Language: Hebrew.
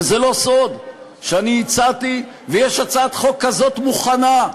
וזה לא סוד שאני הצעתי ויש הצעת חוק כזאת מוכנה,